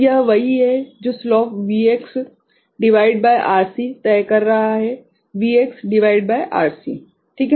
तो यह वही है जो स्लोप Vx भागित RC तय कर रहा है Vx भागित RC